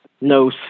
no